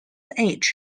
age